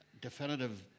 definitive